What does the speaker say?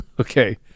Okay